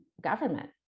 government